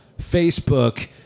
Facebook